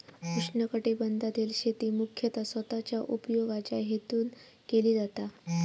उष्णकटिबंधातील शेती मुख्यतः स्वतःच्या उपयोगाच्या हेतून केली जाता